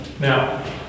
Now